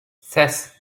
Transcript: ses